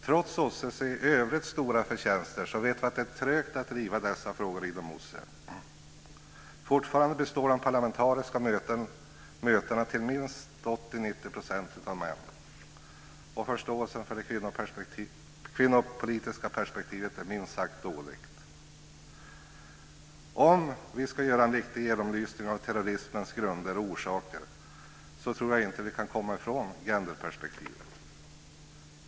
Trots OSSE:s i övrigt stora förtjänster vet vi att det är trögt att driva dessa frågor inom OSSE. Fortfarande är minst 80 90 % av deltagarna vid de parlamentariska mötena män, och förståelsen för det kvinnopolitiska perspektivet är minst sagt dålig. Om vi ska göra en riktig genomlysning av terrorismens grunder och orsaker tror jag inte att vi kan komma ifrån genderperspektivet.